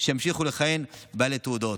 שימשיכו לכהן בעלי תעודות.